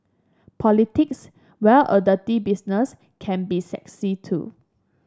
politics while a dirty business can be sexy too